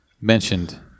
mentioned